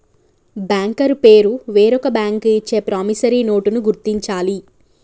banker పేరు వేరొక bank ఇచ్చే ప్రామిసరీ నోటుని గుర్తించాలి